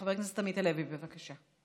חבר כנסת עמית הלוי, בבקשה.